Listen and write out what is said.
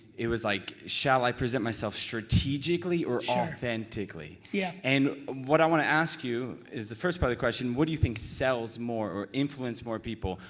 it was like shall i present myself strategically or authentically? yeah. and what i want to ask you is the first part of the question, what do you think sells more or influence more people,